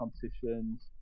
competitions